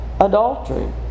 adultery